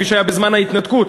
כפי שהיה בזמן ההתנתקות,